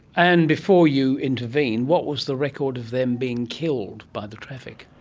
and before you intervened, what was the record of them being killed by the traffic?